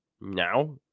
now